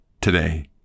today